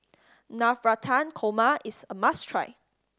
Navratan Korma is a must try